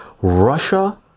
Russia